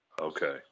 Okay